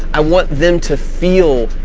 i want them to feel,